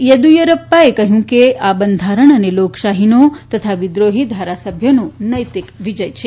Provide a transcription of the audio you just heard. યેદયુરપ ાએ કહ્યું કે આ બંધારણ અને લોકશાહીનો તથા વિદ્રોહી ધારાસભ્યોનો નૈતિક વિજય છે